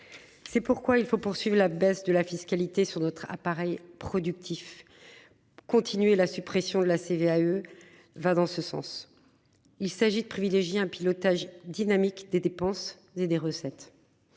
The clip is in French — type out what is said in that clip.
C'est pourquoi il faut poursuivre la baisse de la fiscalité sur notre appareil productif. Continuer la suppression de la CVAE. Va dans ce sens. Il s'agit de privilégier un pilotage dynamique des dépenses et des recettes.